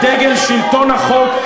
את דגל שלטון החוק,